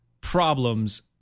problems